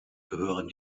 gehören